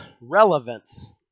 relevance